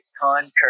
concur